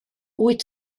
wyt